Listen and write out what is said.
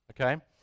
okay